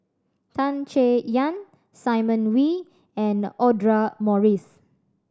Tan Chay Yan Simon Wee and Audra Morrice